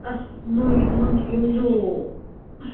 ꯑꯁ ꯅꯪꯒꯤ ꯌꯨꯝꯗꯨ ꯑꯁ